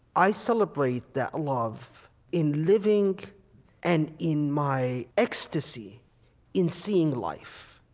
i celebrate that love in living and in my ecstasy in seeing life.